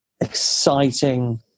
exciting